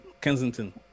Kensington